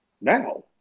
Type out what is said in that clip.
now